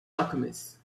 alchemist